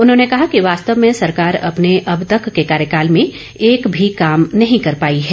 उन्होंने कहा कि वास्तव में सरकार अपने अब तक के कार्यकाल में एक भी काम नहीं कर पाई है